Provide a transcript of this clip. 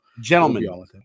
gentlemen